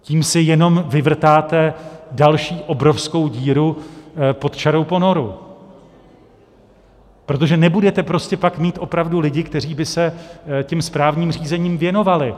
Tím si jenom vyvrtáte další obrovskou díru pod čarou ponoru, protože nebudete prostě pak opravdu mít lidi, kteří by se těm správním řízením věnovali.